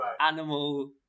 animal